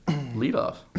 Lead-off